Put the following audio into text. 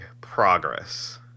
progress